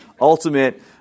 ultimate